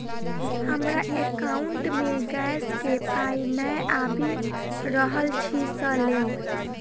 हमरा एकाउंट मे गैस केँ पाई नै आबि रहल छी सँ लेल?